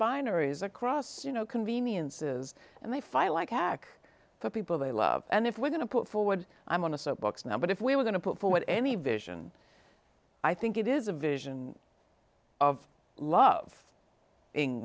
pineries across you know conveniences and they fight like hack the people they love and if we're going to put forward i'm on a soapbox now but if we're going to put forward any vision i think it is a vision of love being